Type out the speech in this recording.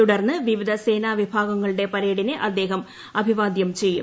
തുടർന്ന് വിവിധ സേനാവിഭാഗങ്ങളുടെ പരേഡിനെ അദ്ദേഹം അഭിവാദ്യം ചെയ്യും